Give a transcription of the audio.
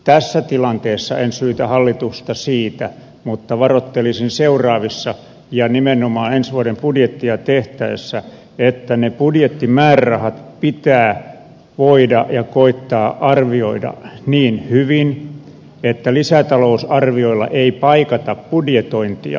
tässä tilanteessa en syytä hallitusta siitä mutta varoittelisin seuraavia ja nimenomaan ensi vuoden budjettia tehtäessä että ne budjettimäärärahat pitää voida ja koettaa arvioida niin hyvin että lisätalousarvioilla ei paikata budjetointia